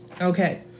Okay